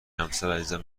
همسرعزیزم